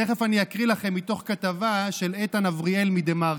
תכף אקריא לכם מתוך כתבה של איתן אבריאל מדה-מרקר.